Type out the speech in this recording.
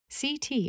CT